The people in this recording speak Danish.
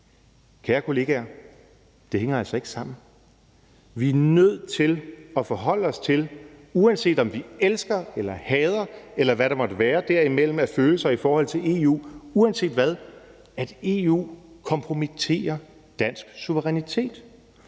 Kære kollegaer, det hænger altså ikke sammen. Vi er nødt til at forholde os til, uanset om vi elsker eller hader EU – eller hvad der måtte være derimellem af følelser i forhold til det – at EU kompromitterer dansk suverænitet.